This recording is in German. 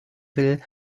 will